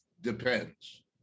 depends